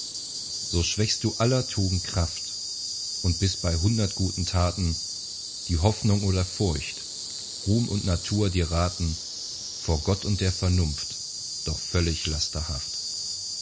so schwächst du aller tugend kraft und bist bei hundert guten taten die hoffnung oder furcht ruhm und natur dir raten vor gott und der vernunft doch völlig